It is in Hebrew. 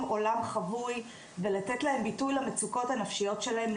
עולם חבוי ולתת להם ביטוי למצוקות הנפשיות שלהם.